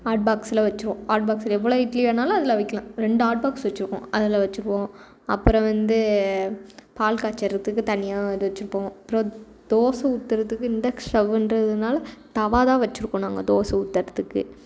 hot பாக்ஸ்ல வச்சிடுவோம் hot பாக்ஸ்ல எவ்வளோ இட்லி வேணாலும் அதில் வைக்கலாம் ரெண்டு ஹாட் பாக்ஸ் வச்சிருக்கோம் அதில் வச்சிருவோம் அப்புறம் வந்து பால் காய்ச்சறத்துக்கு தனியாக இது வச்சிப்போம் அப்புறம் தோசை ஊத்துறதுக்கு இன்டெக்க்ஷன் ஸ்டவ்வுன்றதினால தவா தான் வச்சிருக்கோம் நாங்கள் தோசை ஊத்துறத்துக்கு